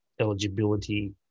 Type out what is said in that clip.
eligibility